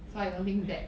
so I don't think that